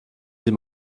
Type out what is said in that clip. sie